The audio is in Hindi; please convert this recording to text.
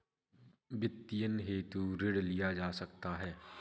वित्तीयन हेतु ऋण लिया जा सकता है